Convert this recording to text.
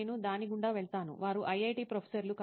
నేను దాని గుండా వెళ్తాను వారు ఐఐటిప్రొఫెసర్లు